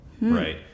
right